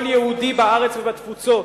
כל יהודי בארץ ובתפוצות,